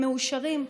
הם מאושרים.